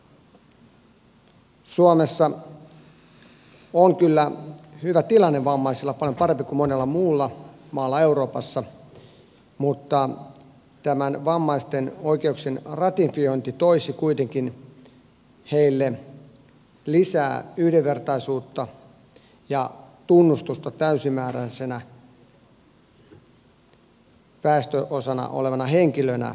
suomessa on kyllä hyvä tilanne vammaisilla paljon parempi kuin monessa muussa maassa euroopassa mutta vammaisten oikeuk sien ratifiointi toisi kuitenkin heille lisää yhdenvertaisuutta ja tunnustusta täysimääräisenä väestönosana olevina henkilöinä suomessa